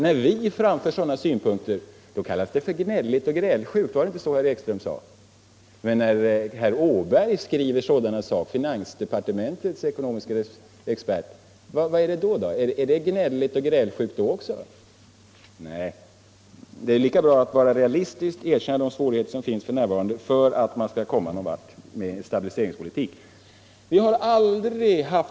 När vi framför sådana synpunkter kallas det för gnälligt och grälsjukt — var det inte så herr Ekström sade? Men när herr Åberg, finansdepartementets ekonomiska expert, skriver sådana saker, vad är det då? Är det gnälligt och grälsjukt då också? Det är lika bra att vara realistisk och erkänna de svårigheter som finns f.n. för att man skall komma någon vart med stabiliseringspolitiken.